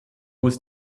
was